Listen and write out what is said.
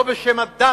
לא בשם הדת,